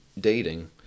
dating